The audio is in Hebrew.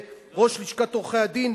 וראש לשכת עורכי-הדין,